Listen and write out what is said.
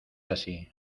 así